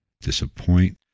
disappoint